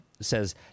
Says